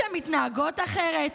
שמתנהגות אחרת,